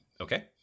Okay